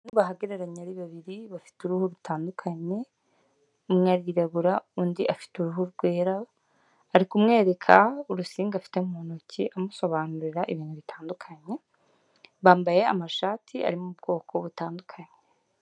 Uko bahagararanye ari babiri bafite uruhu rutandukanye, umwe arirabura undi afite uruhu rwera ari kumwereka urusinga afite mu ntoki amusobanurira ibintu bitandukanye bambaye amashati arimo ubwoko butandukanye.